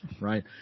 right